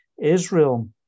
Israel